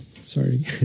Sorry